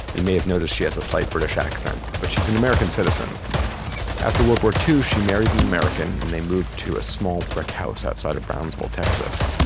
you may have noticed she has a slight british accent, but she's an american citizen after world war ii, she married an american and they moved to a small brick house outside of brownsville, texas.